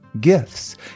gifts